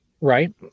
right